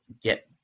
get